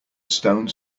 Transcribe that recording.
stones